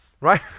right